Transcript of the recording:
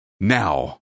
now